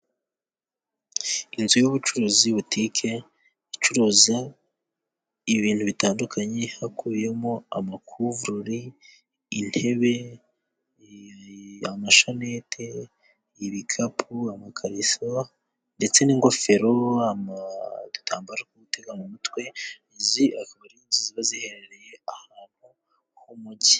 Inzu y'ubucuruzi butike icuruza ibintu bitandukanye hakubiyemo amakuvuroli, intebe, amashenete, ibikapu, amakariso ndetse n'ingofero, udutambaro two gutega mu mutwe, izi akaba ari inzu ziba ziherereye ahantu h'umujyi.